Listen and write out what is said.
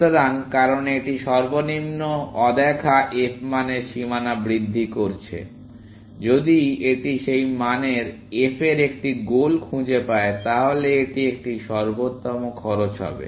সুতরাং কারণ এটি শুধুমাত্র সর্বনিম্ন অদেখা f মানের সীমানা বৃদ্ধি করছে যদি এটি সেই মানের f এর একটি গোল খুঁজে পায় তাহলে এটি একটি সর্বোত্তম খরচ হবে